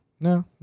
No